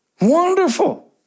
Wonderful